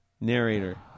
Narrator